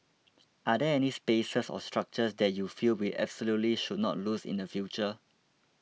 are there any spaces or structures that you feel we absolutely should not lose in the future